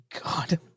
God